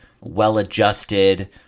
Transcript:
well-adjusted